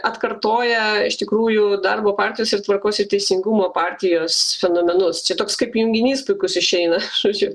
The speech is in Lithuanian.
atkartoja iš tikrųjų darbo partijos ir tvarkos ir teisingumo partijos fenomenus čia toks kaip junginys puikus išeina žodžiu